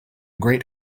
great